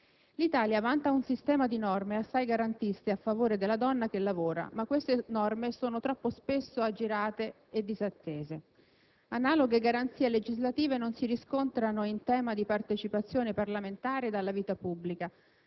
L'Italia vanta un sistema di norme assai garantiste a favore della donna che lavora, ma queste norme sono troppo spesso aggirate e disattese; analoghe garanzie legislative non si riscontrano in tema di partecipazione parlamentare ed alla vita pubblica,